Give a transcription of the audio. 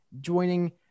joining